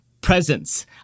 presence